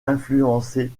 influencé